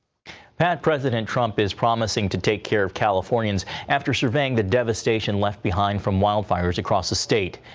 pat, president trump is promising to take care of californians after surveying the devastation left behind from wildfires across the state.